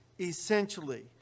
essentially